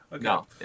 no